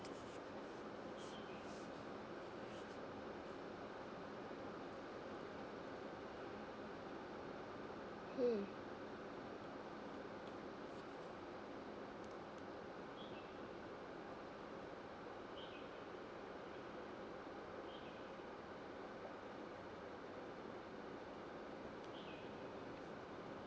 hmm